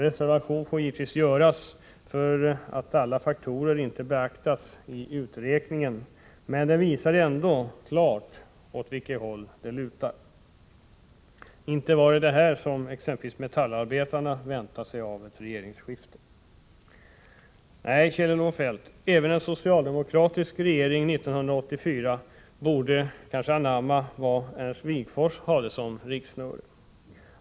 Reservation får givetvis göras för att alla faktorer inte beaktats i uträkningen, men den visar ändå vartåt det lutar. Inte var det detta som exempelvis metallarbetarna väntade sig av regeringsskiftet. Nej, Kjell-Olof Feldt, även en socialdemokratisk regering 1984 borde kanske anamma vad Ernst Wigforss hade som riktsnöre.